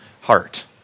heart